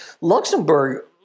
Luxembourg